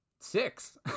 six